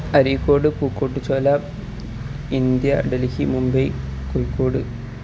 Areekode Pookottichola India Delhi Mumbai Kozhikode